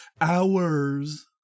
hours